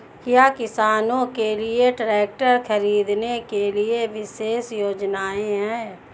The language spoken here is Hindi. क्या किसानों के लिए ट्रैक्टर खरीदने के लिए विशेष योजनाएं हैं?